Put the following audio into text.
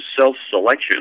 self-selection